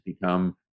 become